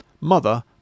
mother